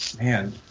Man